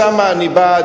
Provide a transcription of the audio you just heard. משם אני בא,